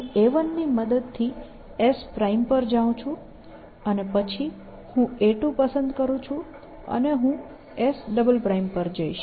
હું a1 ની મદદ થી S' પર જાઉં છું અને પછી હું a2 પસંદ કરું છું અને હું S" પર જઈશ